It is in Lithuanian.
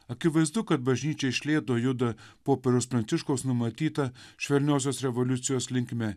akivaizdu kad bažnyčia iš lėto juda popiežiaus pranciškaus numatyta švelniosios revoliucijos linkme